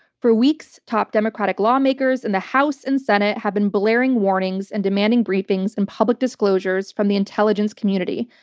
for weeks, top democratic lawmakers in the house and senate have been blaring warnings and demanding briefings and public disclosures from the intelligence community,